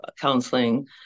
counseling